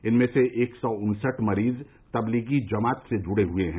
इनमें से एक सौ उन्सठ मरीज तबलीगी जमात से जुड़े हुए हैं